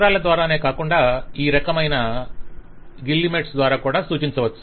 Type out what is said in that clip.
చిత్రాల ద్వారానే కాకుండా ఈ రకమైన గిల్లెమెట్స్ ద్వారా కూడా సూచించవచ్చు